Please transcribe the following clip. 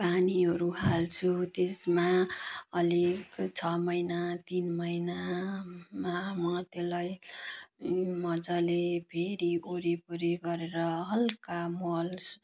पानीहरू हाल्छु त्यसमा अलिक छ महिना तिन महिनामा म त्यसलाई मजाले फेरि वरिपरि गरेर हलुका मल